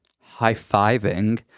high-fiving